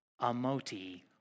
Amoti